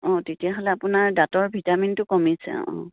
অঁ তেতিয়াহ'লে আপোনাৰ দাঁতৰ ভিটামিনটো কমিছে অঁ